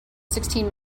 sixteen